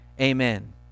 amen